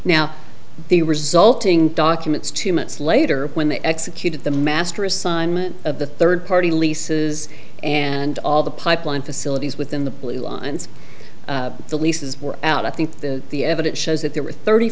now the resulting documents two months later when they executed the master assignment of the third party leases and all the pipeline facilities within the blue lines the leases were out i think the the evidence shows that there were thirty